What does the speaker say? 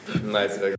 Nice